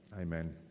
Amen